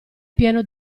pieno